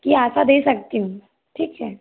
ये आपका दे सकती हूँ ठीक है